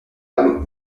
âme